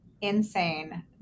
insane